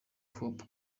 hope